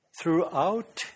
throughout